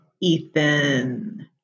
Ethan